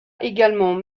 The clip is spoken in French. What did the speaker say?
également